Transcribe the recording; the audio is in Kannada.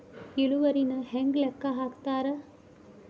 ಇಳುವರಿನ ಹೆಂಗ ಲೆಕ್ಕ ಹಾಕ್ತಾರಾ